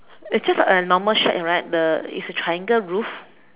it's just like a normal shack right the with a triangle roof